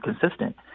consistent